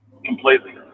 Completely